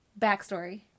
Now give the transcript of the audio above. backstory